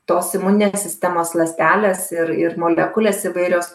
tos imuninės sistemos ląstelės ir ir molekulės įvairios